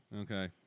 Okay